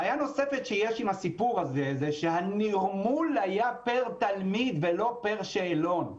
בעיה נוספת שיש עם הסיפור הזה הוא שהנירמול היה פר תלמיד ולא פר שאלון.